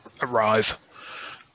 arrive